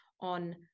on